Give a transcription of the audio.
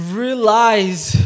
realize